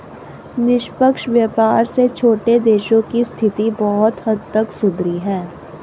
निष्पक्ष व्यापार से छोटे देशों की स्थिति बहुत हद तक सुधरी है